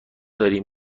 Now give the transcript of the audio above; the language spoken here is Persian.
داری